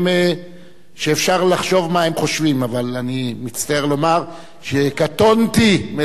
אבל אני מצטער לומר שקטונתי מלחשוב כפי שהיום הפוליטיקה חושבת,